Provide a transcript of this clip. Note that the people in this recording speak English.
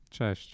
Cześć